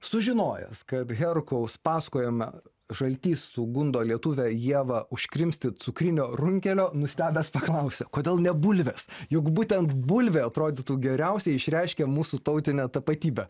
sužinojęs kad herkaus pasakojame žaltys sugundo lietuvę ievą užkrimsti cukrinio runkelio nustebęs paklausė kodėl ne bulvės juk būtent bulvė atrodytų geriausiai išreiškia mūsų tautinę tapatybę